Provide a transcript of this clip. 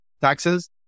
taxes